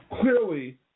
clearly